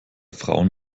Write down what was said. frauen